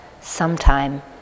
sometime